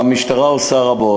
המשטרה עושה רבות.